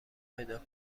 پیدا